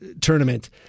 tournament